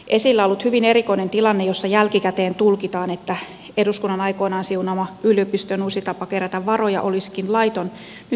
esillä ollut hyvin erikoinen tilanne jossa jälkikäteen tulkitaan että eduskunnan aikoinaan siunaama yliopistojen uusi tapa kerätä varoja olisikin laiton nyt poistuu